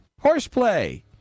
horseplay